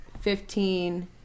fifteen